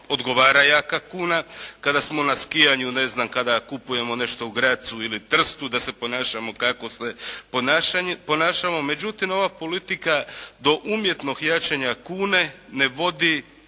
odgovara jaka kuna, kada smo na skijanju, ne znam, kada kupujemo nešto u Grazu ili Trstu da se ponašamo kako se ponašamo. Međutim, ova politika do umjetnog jačanja kune ne vodi